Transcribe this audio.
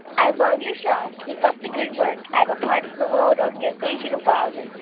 i love your show. keep up the good work. i'm a part of the world organization of wowzers.